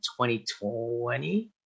2020